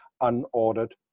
unordered